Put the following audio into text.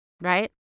Right